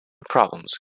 problems